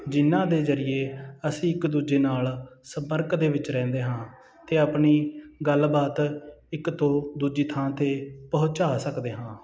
ਜਿਨ੍ਹਾਂ ਦੇ ਜ਼ਰੀਏ ਅਸੀਂ ਇੱਕ ਦੂਜੇ ਨਾਲ ਸੰਪਰਕ ਦੇ ਵਿੱਚ ਰਹਿੰਦੇ ਹਾਂ ਅਤੇ ਆਪਣੀ ਗੱਲਬਾਤ ਇਕ ਤੋਂ ਦੂਜੀ ਥਾਂ 'ਤੇ ਪਹੁੰਚਾ ਸਕਦੇ ਹਾਂ